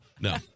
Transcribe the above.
no